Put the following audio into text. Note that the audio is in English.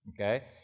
okay